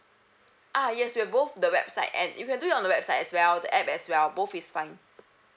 ah yes we have both the website and you can do it on the website as well the app as well both is fine